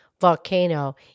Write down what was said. volcano